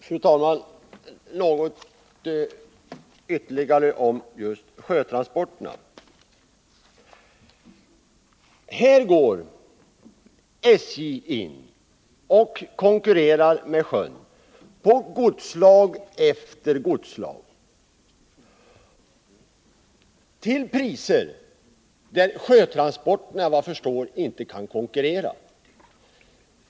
Fru talman! Ytterligare några ord om just sjötransporterna. Här går SJ in och konkurrerar med sjötransporterna när det gäller godsslag efter godsslag, till priser där sjötransporterna efter vad jag förstår inte kan konkurrera.